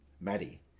Maddie